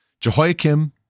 Jehoiakim